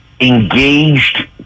engaged